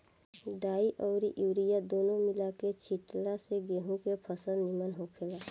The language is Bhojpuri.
डाई अउरी यूरिया दूनो मिला के छिटला से गेंहू के फसल निमन होखेला